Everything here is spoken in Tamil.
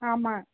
ஆமாம்